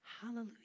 Hallelujah